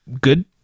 good